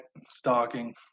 stalking